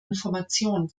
information